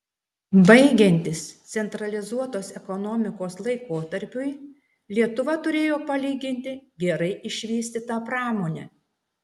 baigiantis centralizuotos ekonomikos laikotarpiui lietuva turėjo palyginti gerai išvystytą pramonę